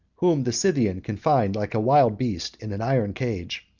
whom the scythian confined like a wild beast in an iron cage,